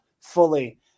fully